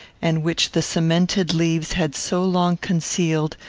and which the cemented leaves had so long concealed,